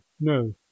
no